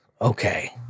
Okay